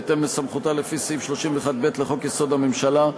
בהתאם לסמכותה לפי סעיף 31(ב) לחוק-יסוד: הממשלה,